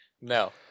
No